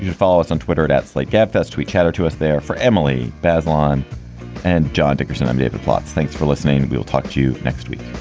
follow us on twitter. that's like gabfests. we chatted to us there for emily bazelon and john dickerson. i'm david plotz. thanks for listening. we'll talk to you next week